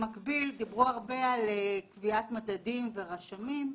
במקביל, דיברו הרבה על קביעת מדדים ורשמים,